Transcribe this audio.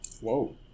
Whoa